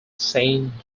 saint